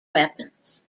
weapons